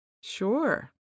Sure